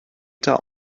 tell